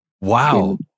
Wow